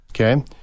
Okay